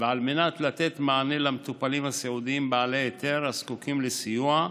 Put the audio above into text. ועל מנת לתת מענה למטופלים הסיעודיים בעלי היתר הזקוקים לסיוע,